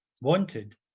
wanted